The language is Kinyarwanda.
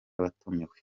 abatumiwe